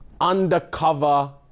Undercover